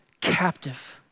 captive